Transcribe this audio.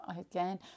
again